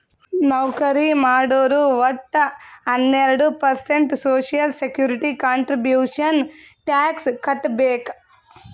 ನೌಕರಿ ಮಾಡೋರು ವಟ್ಟ ಹನ್ನೆರಡು percent social security contribution tax ಕಟ್ಬೇಕ್